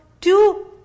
two